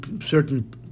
certain